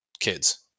kids